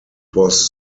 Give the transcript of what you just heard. was